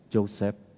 Joseph